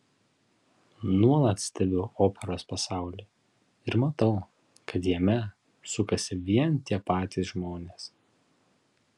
nuolat stebiu operos pasaulį ir matau kad jame sukasi vien tie patys žmonės